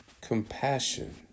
compassion